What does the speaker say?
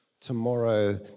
tomorrow